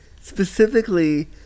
specifically